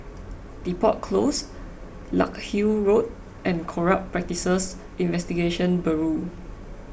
Depot Close Larkhill Road and Corrupt Practices Investigation Bureau